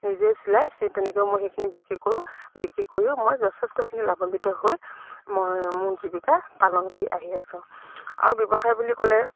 নিজে চিলাই সেই তেনেকৈ মই সেইখিনি বিক্ৰী কৰোঁ বিক্ৰী কৰিও মই যথেষ্টখিনি লাভান্বিত হৈ মই মোৰ জীৱিকা পালন কৰি আহি আছোঁ আৰু ব্যৱসায় বুলি ক'লে